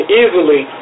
easily